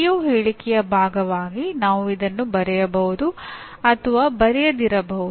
CO ಹೇಳಿಕೆಯ ಭಾಗವಾಗಿ ನಾವು ಇದನ್ನು ಬರೆಯಬಹುದು ಅಥವಾ ಬರೆಯದಿರಬಹುದು